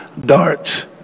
darts